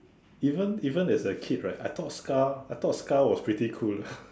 even even as a kid right I thought Scar I thought Scar was pretty cool eh